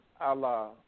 Allah